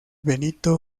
benito